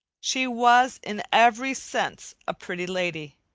she was in every sense a pretty lady.